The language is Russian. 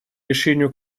решению